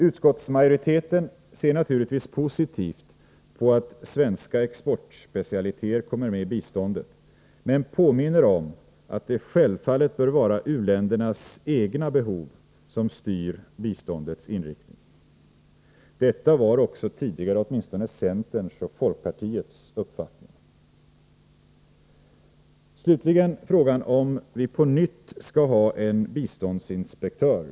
Utskottsmajoriteten ser naturligtvis positivt på att svenska exportspecialiteter kommer med i biståndet, men den påminner om att det självfallet bör vara u-ländernas egna behov som styr biståndets inriktning. Detta var tidigare åtminstone centerpartiets och folkpartiets uppfattning. Slutligen skall jag ta upp frågan om vi på nytt skall ha en biståndsinspektör.